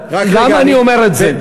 למה אני אומר את זה?